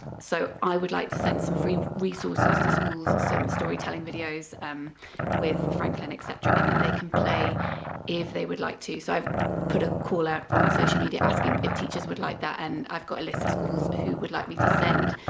so i would like to send some free resources to schools, some storytelling videos with franklin etc in that they can play if they would like to, so i've put a call out on social media asking if teachers would like that and i've got a list of schools who would like me to send